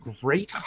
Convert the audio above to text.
great